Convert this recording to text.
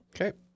Okay